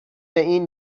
این